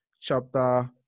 chapter